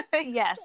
yes